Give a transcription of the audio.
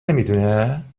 نمیدونه